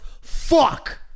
fuck